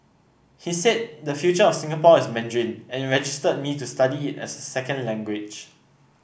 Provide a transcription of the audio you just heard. he said the future of Singapore is Mandarin and registered me to study it as a second language